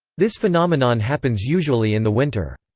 this phenomenon happens usually in the winter.